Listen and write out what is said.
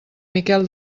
miquel